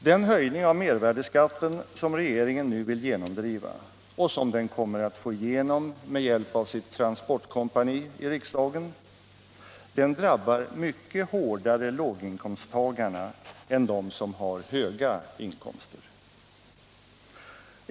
Den höjning av mervärdeskatten som regeringen nu vill genomdriva — och som den kommer att få igenom med hjälp av sitt transportkompani i riksdagen — drabbar låginkomsttagarna mycket hårdare än dem som har höga inkomster.